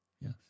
Yes